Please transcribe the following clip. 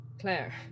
Claire